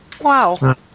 Wow